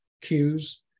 cues